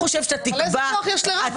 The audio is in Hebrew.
איזה כוח יש לרב?